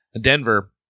Denver